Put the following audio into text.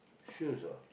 shoes ah